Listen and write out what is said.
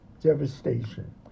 devastation